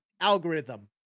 algorithm